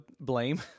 blame